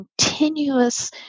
continuous